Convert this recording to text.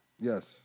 yes